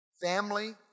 Family